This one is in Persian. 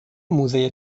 موزه